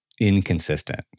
inconsistent